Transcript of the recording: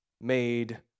made